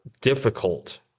difficult